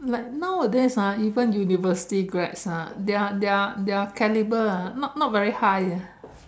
like nowadays ah even university grads ah their their their calibre ah not not very high ah